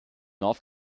north